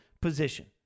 position